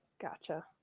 Gotcha